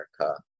America